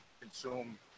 consume